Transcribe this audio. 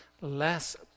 less